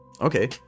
Okay